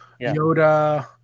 yoda